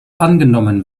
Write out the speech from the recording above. angenommen